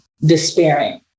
despairing